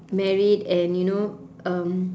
married and you know um